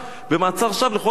במעצר שווא לכל הדעות.